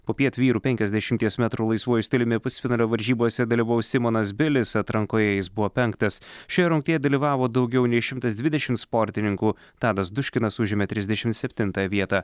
popiet vyrų penkiasdešimties metrų laisvuoju stiliumi pusfinalio varžybose dalyvaus simonas bilis atrankoje jis buvo penktas šioje rungtyje dalyvavo daugiau nei šimtas dvidešim sportininkų tadas duškinas užėmė trisdešim septintą vietą